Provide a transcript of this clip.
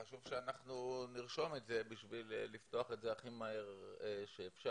חשוב שאנחנו נרשום את זה כדי לפתוח אותה הכי מהר שאפשר.